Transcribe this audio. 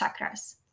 chakras